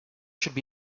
should